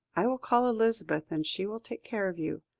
i will call elizabeth, and she will take care of you.